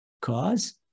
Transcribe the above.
cause